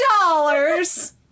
dollars